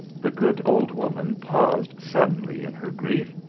the good old woman paused suddenly in her grief,